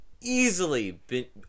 easily